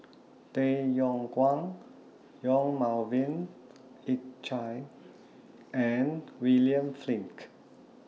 Tay Yong Kwang Yong Melvin Yik Chye and William Flint